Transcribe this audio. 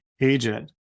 agent